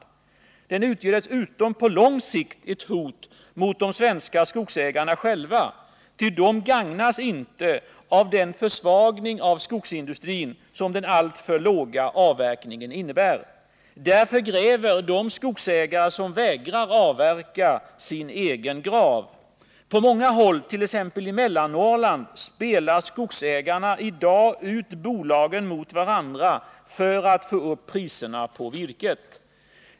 Dessutom utgör den på lång sikt ett hot mot de svenska skogsägarna själva, ty dessa gagnas inte av den försvagning av skogsindustrin som den alltför låga avverkningen innebär. De skogsägare som vägrar att avverka gräver därför sin egen grav. På många håll, t.ex. i Mellannorrland, spelar skogsägarna i dag ut bolagen mot varandra för att få upp priserna på virket.